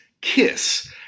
kiss